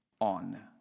on